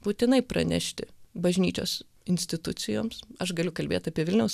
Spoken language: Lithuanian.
būtinai pranešti bažnyčios institucijoms aš galiu kalbėt apie vilniaus